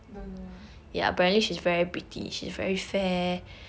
don't know